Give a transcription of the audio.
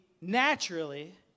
naturally